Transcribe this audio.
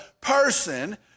person